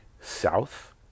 South